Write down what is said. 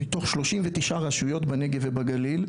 מתוך 39 רשויות בנגב ובגליל,